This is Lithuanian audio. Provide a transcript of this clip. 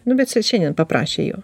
nu bet čia šiandien paprašė jo